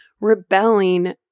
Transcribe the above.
rebelling